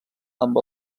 amb